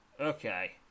Okay